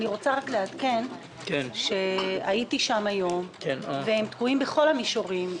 אני רוצה רק לעדכן שהייתי שם היום והם תקועים בכל המישורים.